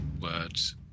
words